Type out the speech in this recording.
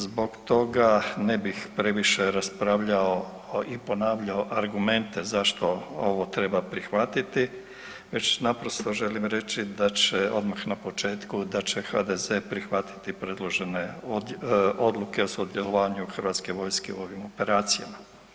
Zbog toga ne bih previše raspravljao i ponavljao argumente zašto ovo treba prihvatiti već naprosto želim reći da će, odmah na početku da će HDZ prihvatiti predložene odluke o sudjelovanje HV-a u ovim operacijama.